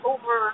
Over